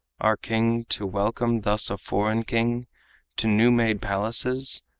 our king to welcome thus a foreign king to new-made palaces,